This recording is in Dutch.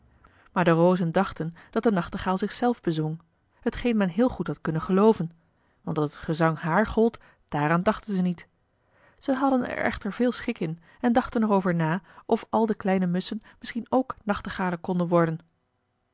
maar de rozen dachten dat de nachtegaal zich zelf bezong hetgeen men heel goed had kunnen geloven want dat het gezang haar gold daaraan dachten zij niet zij hadden er echter veel schik in en dachten er over na of al de kleine musschen misschien ook nachtegalen konden worden